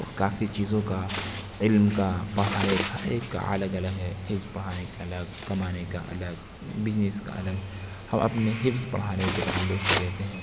کافی چیزوں کا علم کا پڑھائی کا ہر ایک کا الگ الگ ہے حفظ پڑھانے کا الگ کمانے کا الگ بزنس کا الگ ہم اپنے حفظ پڑھانے کے تعلق سے کہتے ہیں